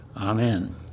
Amen